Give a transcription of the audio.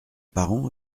parent